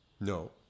No